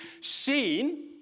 seen